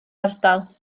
ardal